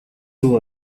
төв